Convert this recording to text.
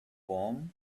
warm